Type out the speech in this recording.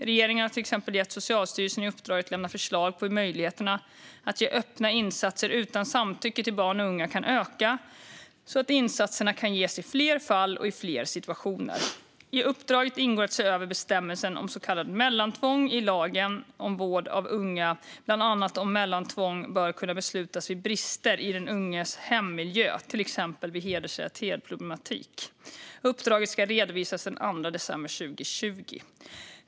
Regeringen har till exempel gett Socialstyrelsen i uppdrag att lämna förslag på hur möjligheterna att ge öppna insatser utan samtycke till barn och unga kan öka, så att insatserna kan ges i fler fall och i fler situationer. I uppdraget ingår att se över bestämmelsen om så kallat mellantvång i lagen om vård av unga, bland annat om mellantvång bör kunna beslutas vid brister i den unges hemmiljö, till exempel vid hedersrelaterad problematik. Uppdraget ska redovisas den 2 december 2020.